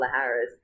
Harris